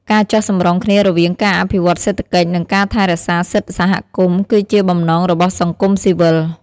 ការចុះសម្រុងគ្នារវាងការអភិវឌ្ឍន៍សេដ្ឋកិច្ច និងការថែរក្សាសិទ្ធិសហគមន៍ គឺជាបំណងរបស់សង្គមស៊ីវិល។